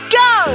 go